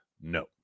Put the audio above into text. No